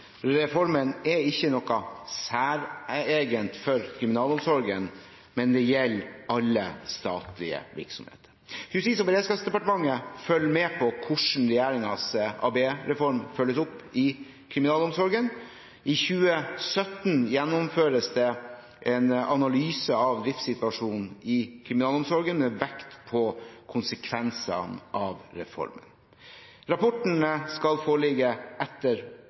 Reformen er ikke noe særegent for kriminalomsorgen, men gjelder alle statlige virksomheter. Justis- og beredskapsdepartementet følger med på hvordan regjeringens ABE-reform følges opp i kriminalomsorgen. I 2017 gjennomføres det en analyse av driftssituasjonen i kriminalomsorgen, med vekt på konsekvensene av reformen. Rapporten skal foreligge rett etter